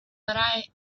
i—i